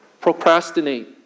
procrastinate